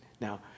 now